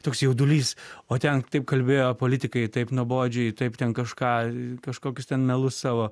toks jaudulys o ten taip kalbėjo politikai taip nuobodžiai taip ten kažką kažkokius ten melus savo